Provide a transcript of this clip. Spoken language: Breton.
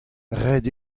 ret